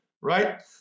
Right